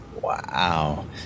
Wow